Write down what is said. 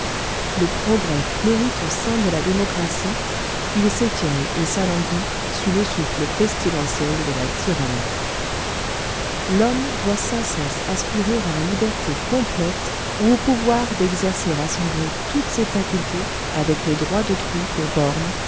le progrès fleurit au sein de la démocratie il s'étiole et s'alanguit sous le souffle pestilentiel de la tyrannie l'homme doit sans cesse aspirer à la liberté complète ou au pouvoir d'exercer à son gré toutes ses facultés avec les droits d'autrui pour bornes